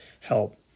help